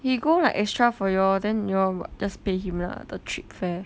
he go like extra for y'all then y'all just pay him lah the trip fare